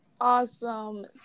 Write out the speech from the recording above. Awesome